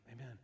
amen